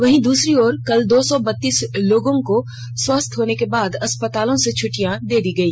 वहीं दूसरी ओर कल दो सौ बतीस लोगों को स्वस्थ होने के बाद अस्पतालों से छुट्टी दे दी गई